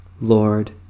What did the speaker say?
Lord